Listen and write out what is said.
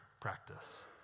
practice